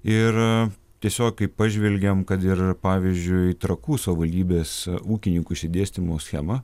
ir tiesiog kaip pažvelgiam kad ir pavyzdžiui trakų savivaldybės ūkininkų išsidėstymo schema